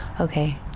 Okay